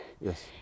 yes